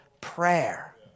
prayer